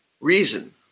reason